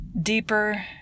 deeper